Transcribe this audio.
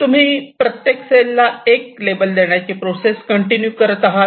तुम्ही प्रत्येक सेल ला 1 लेबल देण्याची प्रोसेस कंटिन्यू करत आहात